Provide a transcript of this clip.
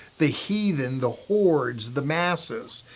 the heathen, the hordes, the masses.